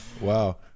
Wow